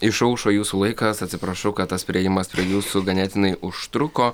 išaušo jūsų laikas atsiprašau kad tas priėjimas prie jūsų ganėtinai užtruko